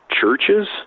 churches